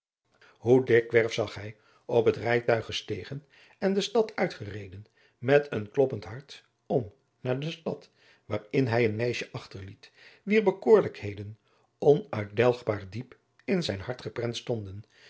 hoe dikwerf zag hij op het rijtuig gestegen en de stad uitgereden met een kloppend hart om naar de stad waarin hij een meisje achterliet wier bekoorlijkheden onuitdelgbaar diep in zijn hart geprent stonden